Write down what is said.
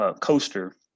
coaster